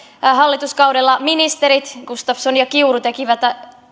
hallituskaudella ministerit gustafsson ja kiuru tekivät